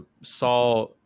saw